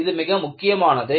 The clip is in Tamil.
இது மிக முக்கியமானது